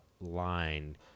line